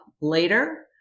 later